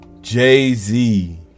jay-z